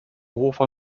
hofer